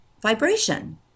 vibration